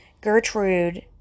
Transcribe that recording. Gertrude